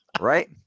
Right